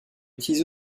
utilise